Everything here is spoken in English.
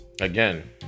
again